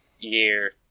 year